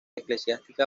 eclesiástica